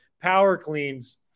Power-cleans